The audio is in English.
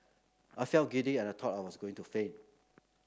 I felt giddy and thought I was going to faint